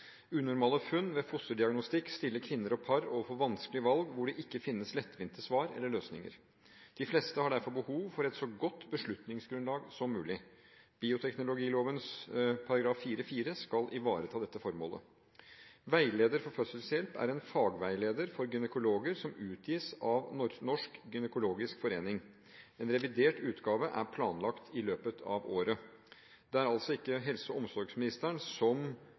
Unormale funn ved fosterdiagnostikk stiller kvinner og par overfor vanskelige valg hvor det ikke finnes lettvinte svar eller løsninger. De fleste har derfor behov for et så godt beslutningsgrunnlag som mulig. Bioteknologiloven § 4-4 skal ivareta dette formålet. Veileder for fødselshjelp er en fagveileder for gynekologer som utgis av Norsk gynekologisk forening. En revidert utgave er planlagt ferdig i løpet av året. Det er altså ikke helse- og omsorgsministeren som